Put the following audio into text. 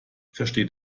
versteht